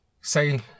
say